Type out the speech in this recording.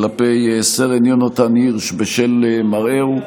כלפי סרן יונתן הירש בשל מראהו.